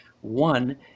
One